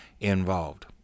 involved